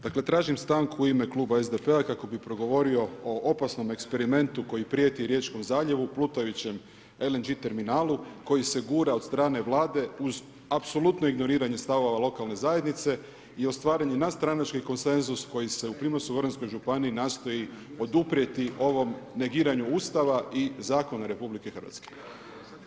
Dakle tražim stanku u ime kluba SDP-a kako bi progovorio o opasnom eksperimentu koji prijeti Riječkom zaljevu, plutajućem LNG terminalu koji se gura od strane Vlade uz apsolutno ignoriranje stavova lokalne zajednice i ostvaren je nadstranački konsenzus koji se u Primorsko-goranskoj županiji nastoji oduprijeti ovom negiranju Ustava i zakona RH.